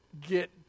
get